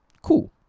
Cool